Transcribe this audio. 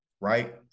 right